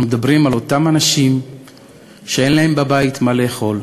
אנחנו מדברים על אותם אנשים שאין להם בבית מה לאכול,